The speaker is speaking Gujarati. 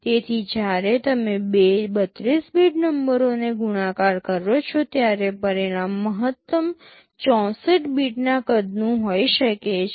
તેથી જ્યારે તમે બે 32 બીટ નંબરોને ગુણાકાર કરો છો ત્યારે પરિણામ મહત્તમ 64 બીટના કદનું હોઈ શકે છે